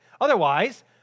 otherwise